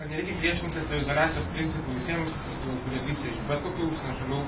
ar nereikia griežtinti saviizoliacijos principų visiems tų kurie atvyksta iš bet kokių užsienio šalių